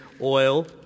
oil